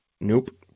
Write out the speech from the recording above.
Nope